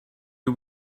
you